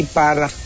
para